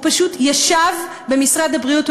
הוא פשוט ישב במשרד הבריאות.